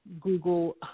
Google